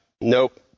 Nope